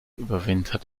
überwintert